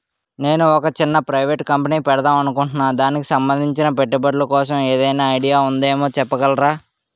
నేను ఒక చిన్న ప్రైవేట్ కంపెనీ పెడదాం అనుకుంటున్నా దానికి సంబందించిన పెట్టుబడులు కోసం ఏదైనా ఐడియా ఉందేమో చెప్పగలరా?